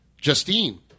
Justine